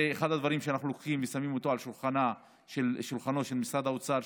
זה אחד הדברים שאנחנו לוקחים ושמים על שולחנו של משרד האוצר,